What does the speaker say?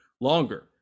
longer